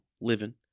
living